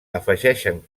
afegeixen